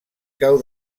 cau